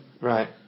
right